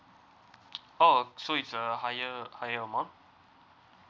oh so it's uh higher higher amount